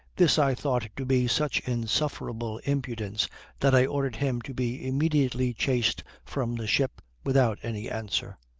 this i thought to be such insufferable impudence that i ordered him to be immediately chased from the ship, without any answer.